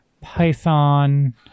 Python